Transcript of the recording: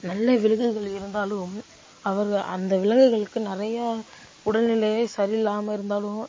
நல்ல விலங்குகள் இருந்தாலும் அவர்க அந்த விலங்குகளுக்கு நிறையா உடல்நிலையே சரியில்லாமல் இருந்தாலும்